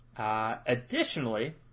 Additionally